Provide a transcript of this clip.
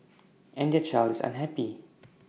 and their child is unhappy